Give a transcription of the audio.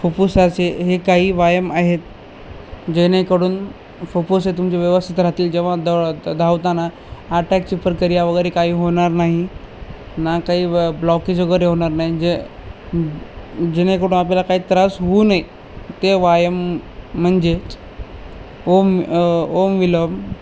फुफ्फुसाचे हे काही व्याया आहेत जेणेकडून फुफ्फुस हे तुमचे व्यवस्थित राहतील जेव्हा द धावताना आटॅकची प्रक्रिया वगैरे काही होणार नाही ना काही व ब्लॉकेज वगैरे होणार नाही जे जेणेकडून आपल्याला काही त्रास होऊ नये ते व्यायाम म्हणजे ओम ओम विलोम